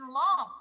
law